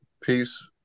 peace